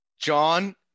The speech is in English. john